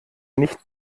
nicht